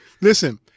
Listen